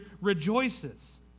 rejoices